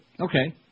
Okay